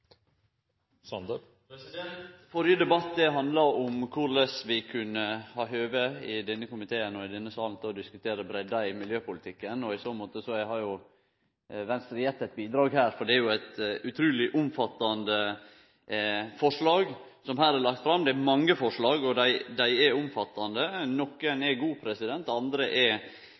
om korleis vi kunne ha høve i denne komiteen og i denne salen til å diskutere breidda i miljøpolitikken. I så måte har Venstre gitt eit bidrag her, for det er jo eit utruleg omfattande forslag som her er lagt fram. Det er mange forslag, og dei er omfattande. Nokre er gode, andre er mindre gode. Når eg tek ordet, er